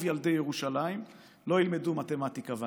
ילדי ירושלים לא ילמדו מתמטיקה ואנגלית.